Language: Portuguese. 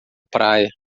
praia